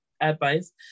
advice